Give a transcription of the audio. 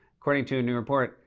according to a new report,